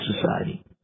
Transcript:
society